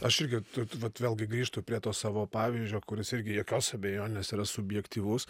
aš irgi vat vat vėlgi grįžtu prie to savo pavyzdžio kuris irgi jokios abejonės yra subjektyvus